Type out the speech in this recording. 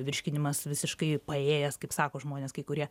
virškinimas visiškai paėjęs kaip sako žmonės kai kurie